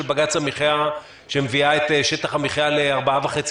בג"ץ המחייה שמביאה את שטח המחייה ל-4.5 מטר.